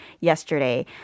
yesterday